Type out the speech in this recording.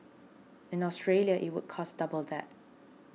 in Australia it would cost double that